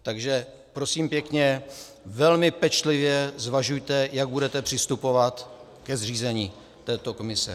Takže prosím pěkně, velmi pečlivě zvažujte, jak budete přistupovat ke zřízení této komise.